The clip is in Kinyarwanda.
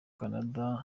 canada